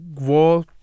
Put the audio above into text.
war